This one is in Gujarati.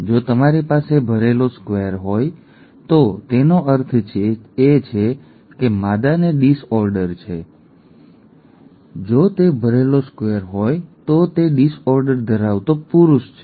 જો તમારી પાસે ભરેલો સ્ક્વેર હોય તો તેનો અર્થ એ છે કે માદાને ડિસઓર્ડર છે ડિસઓર્ડર સ્પષ્ટ છે જો તે ભરેલો સ્ક્વેર હોય તો તે ડિસઓર્ડર ધરાવતો પુરુષ છે